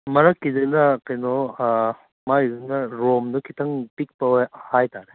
ꯃꯔꯛꯀꯤꯗꯨꯅ ꯀꯩꯅꯣ ꯃꯥꯒꯤꯁꯤꯅ ꯔꯣꯝꯗꯨ ꯈꯤꯇꯪ ꯄꯤꯛꯄ ꯍꯥꯏꯇꯥꯔꯦ